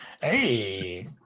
Hey